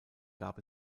gab